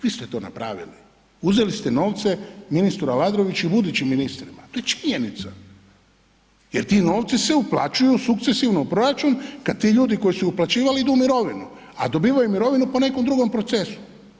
Vi ste to napravili, uzeli ste novce, ministru Aladroviću i budućim ministrima, to je činjenica jer ti novci se uplaćuju sukcesivno u proračun kada ti ljudi koji su uplaćivali idu u mirovinu, a dobivaju mirovinu po nekom drugom procesu.